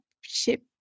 ship